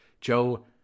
Joe